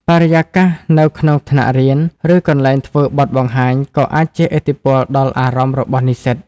បរិយាកាសនៅក្នុងថ្នាក់រៀន ឬកន្លែងធ្វើបទបង្ហាញក៏អាចជះឥទ្ធិពលដល់អារម្មណ៍របស់និស្សិត។